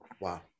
Wow